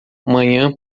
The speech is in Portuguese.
manhã